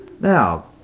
Now